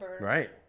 Right